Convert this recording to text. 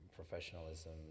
professionalism